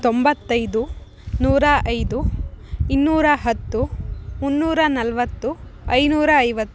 ತೊಂಬತ್ತೈದು ನೂರ ಐದು ಇನ್ನೂರ ಹತ್ತು ಮುನ್ನೂರ ನಲವತ್ತು ಐನೂರ ಐವತ್ತು